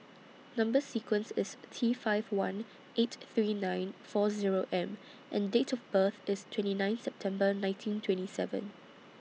Number sequence IS T five one eight three nine four Zero M and Date of birth IS twenty nine September nineteen twenty seven